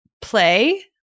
play